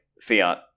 fiat